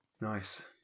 Nice